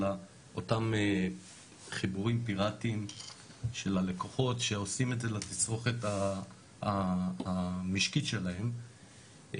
אותם חיבורים פיראטיים של הלקוחות שעושים את זה לתצרוכת המשקית שלהם,